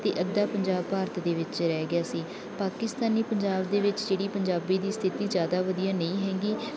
ਅਤੇ ਅੱਧਾ ਪੰਜਾਬ ਭਾਰਤ ਦੇ ਵਿੱਚ ਰਹਿ ਗਿਆ ਸੀ ਪਾਕਿਸਤਾਨੀ ਪੰਜਾਬ ਦੇ ਵਿੱਚ ਜਿਹੜੀ ਪੰਜਾਬੀ ਦੀ ਸਥਿਤੀ ਜ਼ਿਆਦਾ ਵਧੀਆ ਨਹੀਂ ਹੈਗੀ